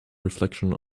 reflection